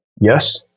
Yes